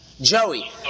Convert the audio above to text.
Joey